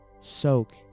Soak